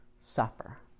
suffer